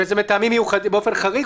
וזה באופן חריג,